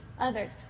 others